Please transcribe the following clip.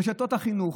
רשתות החינוך,